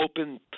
open